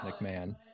McMahon